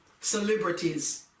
celebrities